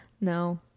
No